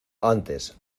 antes